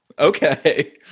Okay